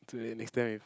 so that next time if